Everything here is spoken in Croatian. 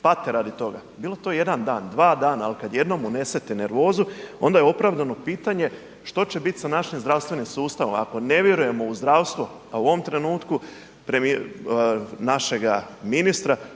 pate radi toga, bilo to jedan dan, dva dana ali kad jednom unesete nervozu onda je opravdano pitanje što će biti sa našim zdravstvenim sustavom. Ako ne vjerujemo u zdravstvo a u ovom trenutku našega ministra